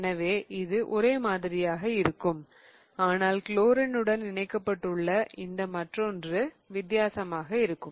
எனவே இது ஒரே மாதிரியாக இருக்கும் ஆனால் குளோரின் உடன் இணைக்கப்பட்டுள்ள இந்த மற்றொன்று வித்தியாசமாக இருக்கும்